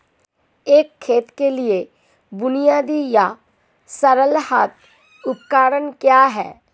एक खेत के लिए बुनियादी या सरल हाथ उपकरण क्या हैं?